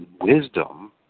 wisdom